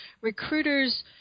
Recruiters